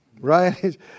right